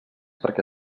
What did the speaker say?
perquè